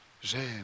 J'aime